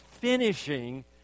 finishing